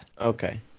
Okay